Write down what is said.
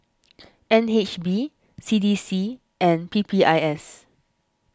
N H B C D C and P P I S